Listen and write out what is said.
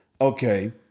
okay